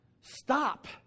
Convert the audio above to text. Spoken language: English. Stop